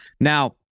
now